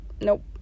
nope